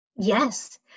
Yes